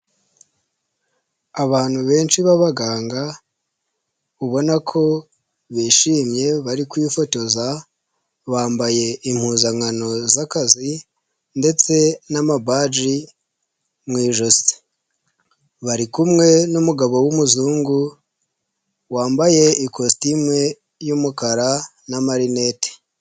Abantu benshi ba baganga, ubona ko bishimye bari kwifotoza, bambaye impuzankano z'akazi, ndetse n'amabaji mu ijosi. Bari kumwe n'umugabo w'umuzungu, wambaye ikositimu y'umukara na marinete.